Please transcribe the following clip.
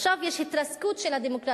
שעכשיו יש התרסקות של הדמוקרטיה,